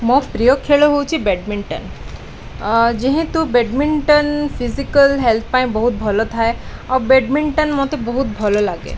ମୋ ପ୍ରିୟ ଖେଳ ହେଉଛି ବ୍ୟାଡ଼ମିଣ୍ଟନ ଯେହେତୁ ବ୍ୟାଡ଼ମିଣ୍ଟନ ଫିଜିକାଲ୍ ହେଲ୍ଥ ପାଇଁ ବହୁତ ଭଲ ଥାଏ ଆଉ ବ୍ୟାଡ଼ମିଣ୍ଟନ ମୋତେ ବହୁତ ଭଲ ଲାଗେ